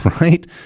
Right